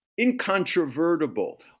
incontrovertible